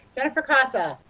jennifer casa,